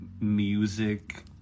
music